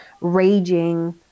raging